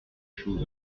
choses